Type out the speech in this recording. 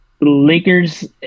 Lakers